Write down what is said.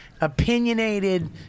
opinionated